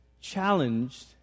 challenged